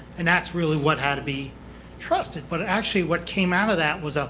and that's really what had to be trusted. but actually, what came out of that was ah